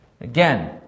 Again